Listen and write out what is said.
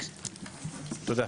תודה.